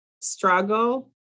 struggle